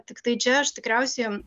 tiktai čia aš tikriausiai